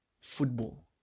football